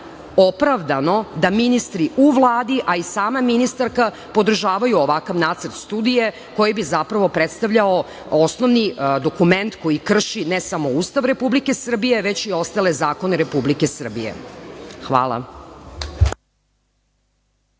opravdano da ministri u Vladi, a i sama ministarka podržavaju ovakav nacrt studije, koji bi zapravo predstavljao osnovni dokument koji krši ne samo Ustav Republike Srbije, već i ostale zakone Republike Srbije? Hvala.